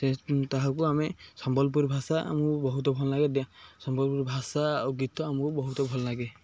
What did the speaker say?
ସେ ତାହାକୁ ଆମେ ସମ୍ବଲପୁର ଭାଷା ଆମକୁ ବହୁତ ଭଲ ନାଗେ ସମ୍ବଲପୁର ଭାଷା ଆଉ ଗୀତ ଆମକୁ ବହୁତ ଭଲ ନାଗେ